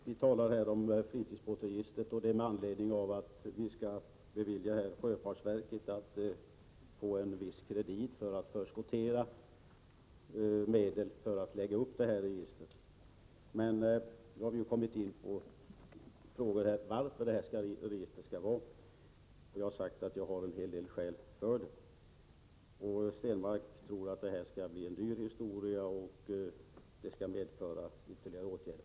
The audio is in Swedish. Vi talar här om fritidsbåtsregistret med anledning av att vi skall bevilja sjöfartsverket en viss kredit för att förskottera medel till att lägga upp registret. Men nu har vi kommit in på frågan om varför vi skall ha detta register. Jag har sagt att det finns en hel del skäl. Per Stenmarck tror att detta skall bli en dyr historia och att det skall medföra ytterligare åtgärder.